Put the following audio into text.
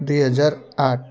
दुई हजार आठ